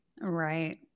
Right